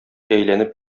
әйләнеп